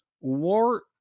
war